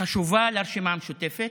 חשובה לרשימה המשותפת.